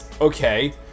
okay